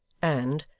and,